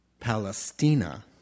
Palestina